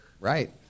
right